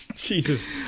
Jesus